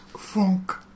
Funk